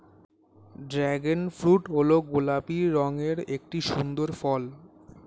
dragon fruit হল গোলাপি রঙের একটি সুন্দর ফল